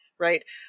Right